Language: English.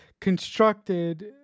constructed